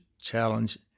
challenge